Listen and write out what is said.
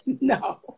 No